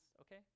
okay